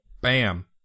Bam